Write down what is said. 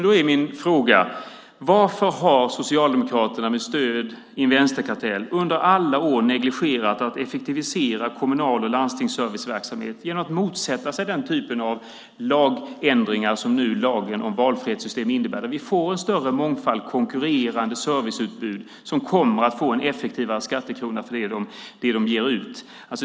Då är min fråga: Varför har Socialdemokraterna med stöd i en vänsterkartell under alla år negligerat att effektivisera kommunal och landstingsserviceverksamhet genom att motsätta sig den typ av lagändringar som lagen om valfrihetssystem innebär? Vi får en större mångfald och ett konkurrerande serviceutbud som kommer att ge större effektivitet för den skattekrona som ges ut.